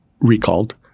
recalled